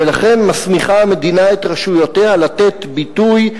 ולכן מסמיכה המדינה את רשויותיה לתת ביטוי,